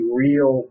real